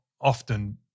often